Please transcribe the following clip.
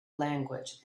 language